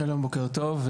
שלום, בוקר טוב.